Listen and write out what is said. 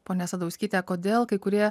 pone sadauskyte kodėl kai kurie